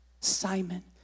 Simon